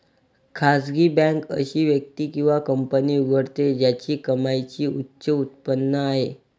खासगी बँक अशी व्यक्ती किंवा कंपनी उघडते ज्याची कमाईची उच्च उत्पन्न आहे